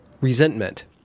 resentment